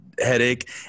headache